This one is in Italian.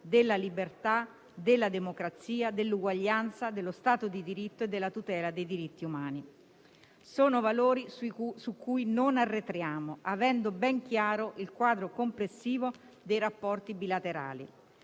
della libertà, della democrazia, dell'uguaglianza, dello stato di diritto e della tutela dei diritti umani. Sono valori su cui non arretriamo, avendo ben chiaro il quadro complessivo dei rapporti bilaterali.